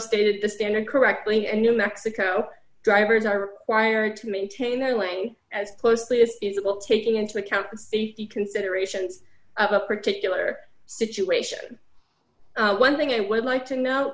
stated the standard correctly and new mexico drivers are wired to maintain their length as closely as it will taking into account safety considerations of a particular situation one thing i would like to no